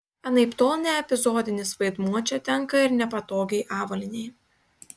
anaiptol ne epizodinis vaidmuo čia tenka ir nepatogiai avalynei